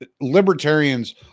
libertarians